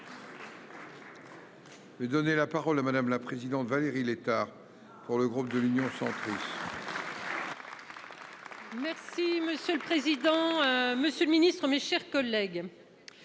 Les donner la parole à madame la présidente, Valérie Létard. Pour le groupe de l'Union sont.